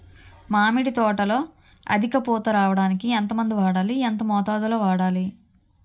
మామిడి తోటలో అధిక పూత రావడానికి ఎంత మందు వాడాలి? ఎంత మోతాదు లో వాడాలి?